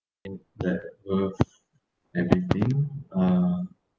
in that earth everything uh